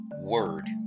word